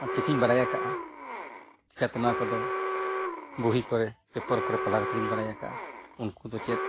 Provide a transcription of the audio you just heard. ᱚᱱᱮᱠ ᱠᱤᱪᱷᱩᱧ ᱵᱟᱲᱟᱭ ᱟᱠᱟᱫᱼᱟ ᱪᱤᱠᱟᱹᱛᱮ ᱱᱚᱣᱟ ᱠᱚᱫᱚ ᱵᱩᱦᱤ ᱠᱚᱨᱮ ᱠᱚᱨᱮ ᱯᱟᱲᱦᱟᱣ ᱠᱟᱛᱮᱫᱤᱧ ᱵᱟᱲᱟᱭ ᱟᱠᱟᱫᱼᱟ ᱩᱱᱠᱩ ᱫᱚ ᱪᱮᱫ